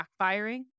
backfiring